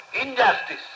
injustice